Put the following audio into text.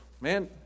Man